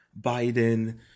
Biden